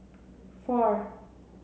four